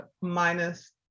minus